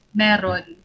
meron